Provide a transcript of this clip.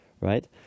Right